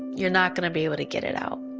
you're not going to be able to get it out.